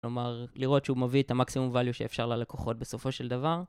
כלומר, לראות שהוא מביא את המקסימום value שאפשר ללקוחות בסופו של דבר...